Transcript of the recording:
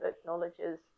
acknowledges